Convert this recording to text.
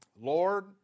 Lord